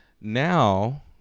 now